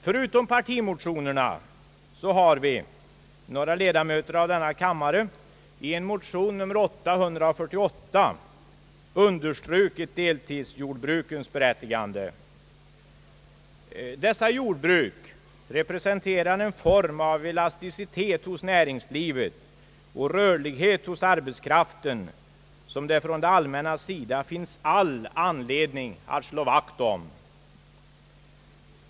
Förutom partimotionerna har vi — några ledamöter av denna kammare — i en motion nr 848 understrukit deltidsjordbrukens' berättigande. Dessa jordbruk representerar en form av elasticitet hos näringslivet och rörlighet hos arbetskraften som det från det allmännas sida finns all anledning att slå vakt om.